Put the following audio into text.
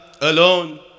alone